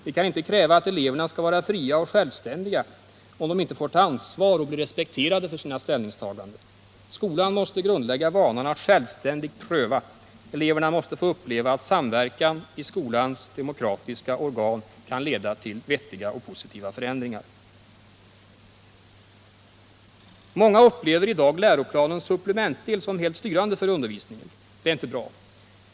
Vi kan inte kräva att eleverna skall vara fria och självständiga, om de inte får ta ansvar och bli respekterade för sina ställningstaganden. Skolan måste grundlägga vanan att självståndigt pröva. Eleverna måste få uppleva att samverkan i skolans demokratiska organ kan leda till vettiga och positiva förändringar, Många upplever i dag läroplanens supplementdel som helt styrande för undervisningen. Det är inte bra.